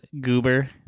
Goober